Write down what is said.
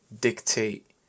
dictate